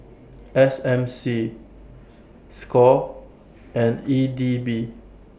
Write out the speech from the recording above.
S M C SCORE and E D B